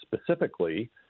specifically